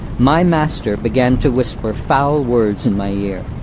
my master began to whisper foul words in my ear.